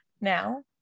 now